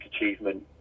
achievement